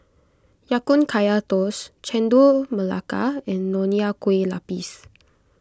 Ya Kun Kaya Toast Chendol Melaka and Nonya Kueh Lapis